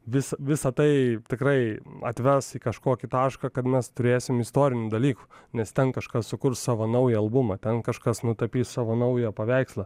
vis visa tai tikrai atves į kažkokį tašką kad mes turėsim istorinių dalykų nes ten kažkas sukurs savo naują albumą ten kažkas nutapys savo naują paveikslą